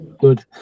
Good